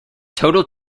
total